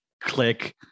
Click